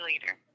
later